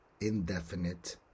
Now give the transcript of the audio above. indefinite